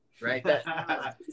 Right